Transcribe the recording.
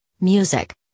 music